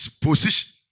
Position